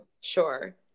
Sure